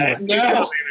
No